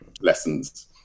lessons